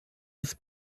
das